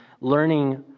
learning